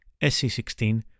SC16